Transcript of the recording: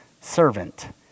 servant